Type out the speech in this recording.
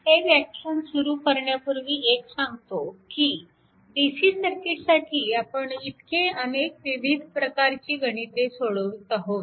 हे व्याख्यान सुरु करण्यापूर्वी एक सांगतो की DC सर्किटसाठी आपण इतके अनेक विविध प्रकारची गणिते सोडवत आहोत